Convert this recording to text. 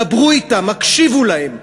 דברו אתם, הקשיבו להם.